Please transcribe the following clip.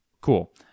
cool